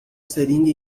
seringa